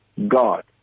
God